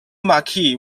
marquee